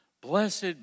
Blessed